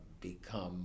become